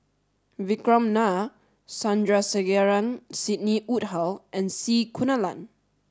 Vikram Nair Sandrasegaran Sidney Woodhull and C Kunalan